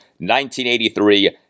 1983